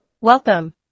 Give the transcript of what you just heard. Welcome